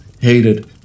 hated